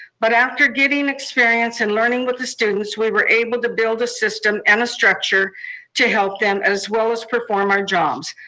but after getting experience and learning with the students, we were able to build a system and a structure to help them, as well as perform our jobs.